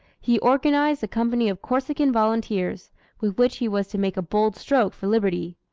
he organized a company of corsican volunteers, with which he was to make a bold stroke for liberty.